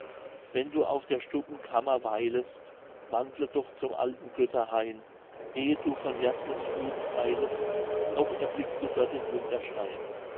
wenn du auf der stubbenkammer weilest wandle doch zum alten götterhain ehe du von jasmunds fluren eilest noch erblickst du dort den